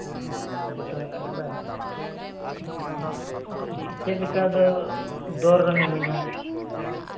ᱡᱚᱛᱚ ᱢᱮᱱᱟᱜ ᱠᱟᱫᱟ ᱪᱮᱫ ᱪᱮᱫᱞᱮᱠᱟ ᱟᱫᱚ ᱫᱚᱨᱮᱢ ᱤᱢᱟᱹᱧᱟ